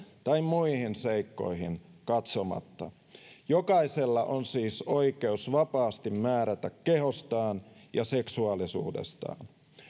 tai muihin seikkoihin katsomatta jokaisella on siis oikeus vapaasti määrätä kehostaan ja seksuaalisuudestaan